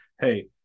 hey